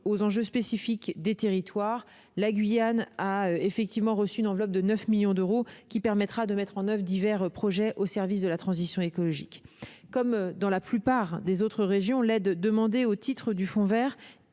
enjeux spécifiques des territoires. La Guyane a en effet reçu une enveloppe de 9 millions d'euros, qui permettra de mettre en oeuvre divers projets au service de la transition écologique. Comme dans la plupart des autres régions, l'aide demandée au titre du fonds vert